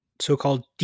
so-called